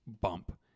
bump